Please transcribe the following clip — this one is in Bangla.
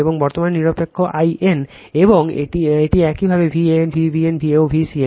এবং বর্তমান নিরপেক্ষ যে I n এবং এটি একইভাবে Van Vbn ও Vcn